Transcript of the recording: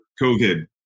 COVID